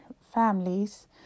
families